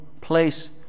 place